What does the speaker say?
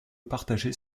partager